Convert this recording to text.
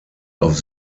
auf